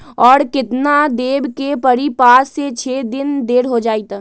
और केतना देब के परी पाँच से छे दिन देर हो जाई त?